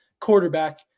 quarterback